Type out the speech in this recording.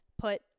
Put